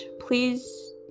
Please